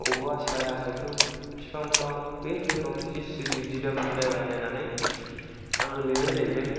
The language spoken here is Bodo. बबेयावबा साया सायख्लुम बिफांफोराव बे सेरफोराव इसे सिरि दिदोम जायगा नायनानै आङो लिरो जाहैबाय